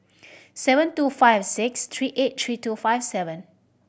seven two five six three eight three two five seven